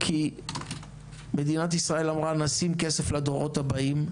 כי מדינת ישראל אמרה: נשים כסף לדורות הבאים.